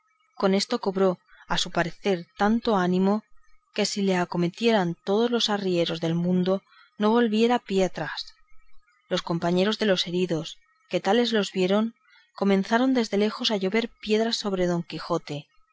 con esto cobró a su parecer tanto ánimo que si le acometieran todos los arrieros del mundo no volviera el pie atrás los compañeros de los heridos que tales los vieron comenzaron desde lejos a llover piedras sobre don quijote